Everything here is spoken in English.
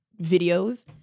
videos